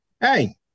hey